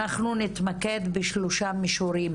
אנחנו נתמקד בשלושה מישורים,